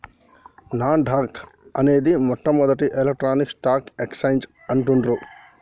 నాస్ dock అనేది మొట్టమొదటి electronic stock exchange అంటుండ్రు